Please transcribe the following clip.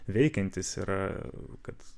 veikiantis yra kad